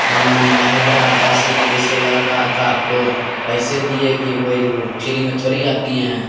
खाना महक रहा बासी के जैसे लग रहा था आपको पैसे दिए कि वो ही जो फ्री में थोड़ी आप दिए हैं